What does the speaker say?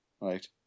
Right